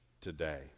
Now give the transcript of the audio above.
today